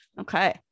okay